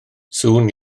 sŵn